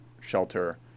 shelter